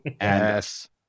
Yes